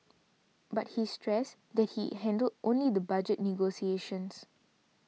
but he stressed that he handled only the budget negotiations